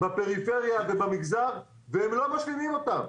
בפריפריה ובמגזר והם לא משלימים אותם.